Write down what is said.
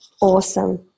awesome